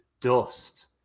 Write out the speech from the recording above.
dust